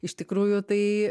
iš tikrųjų tai